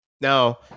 now